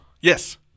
Yes